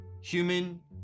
human